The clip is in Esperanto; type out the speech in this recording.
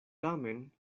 tamen